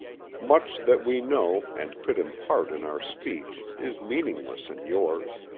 much that we know and could impart in our speech is meaningless in yours.